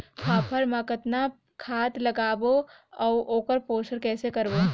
फाफण मा कतना खाद लगाबो अउ ओकर पोषण कइसे करबो?